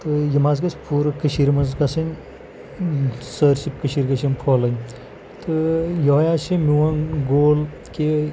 تہٕ یِم حظ گٔژھ پوٗرٕ کٔشیٖرِ منٛز گژھٕنۍ سٲرسی کٔشیٖرِ گٔژھ یِم پھٲلٕنۍ تہٕ یۄہَے حظ چھِ میون گول کہِ